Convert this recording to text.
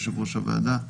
יושב-ראש הוועדה,